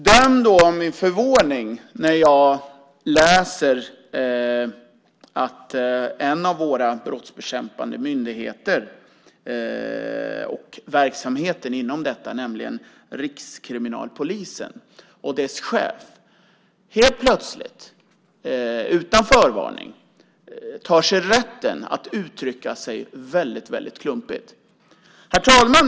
Döm då om min förvåning när jag läser att en av våra brottsbekämpande myndigheter och verksamheten inom denna, nämligen Rikskriminalpolisen och dess chef helt plötsligt och utan förvarning tar sig rätten att uttrycka sig väldigt klumpigt. Herr talman!